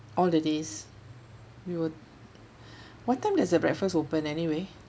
all the days we were what time there's the breakfast open anyway